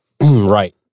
Right